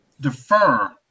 defer